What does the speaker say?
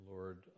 Lord